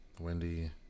Wendy